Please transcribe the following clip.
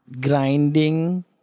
grinding